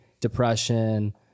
depression